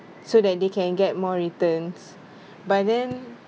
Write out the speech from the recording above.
so that they can get more returns but then